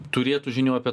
turėtų žinių apie